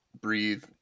breathe